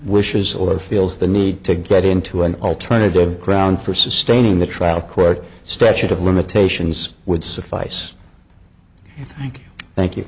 wishes or feels the need to get into an alternative ground for sustaining the trial court statute of limitations would suffice i think thank you